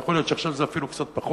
יכול להיות שעכשיו זה אפילו קצת פחות,